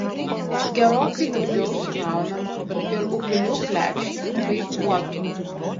gerokai daugiau sugaunama ir upinių plekšnių bei uotų